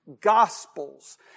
Gospels